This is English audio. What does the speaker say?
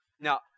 now